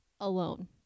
Alone